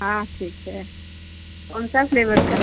हाँ ठीक है कौन सा फ़्लेवर का